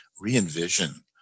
re-envision